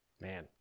Man